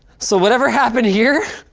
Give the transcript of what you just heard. so whatever happened here,